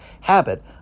habit